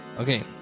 okay